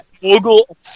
Google